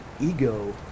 ego